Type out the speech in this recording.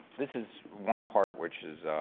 this is one part which is